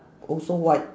also white